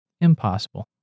impossible